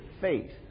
faith